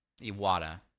Iwata